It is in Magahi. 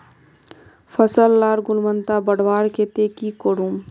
फसल लार गुणवत्ता बढ़वार केते की करूम?